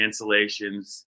cancellations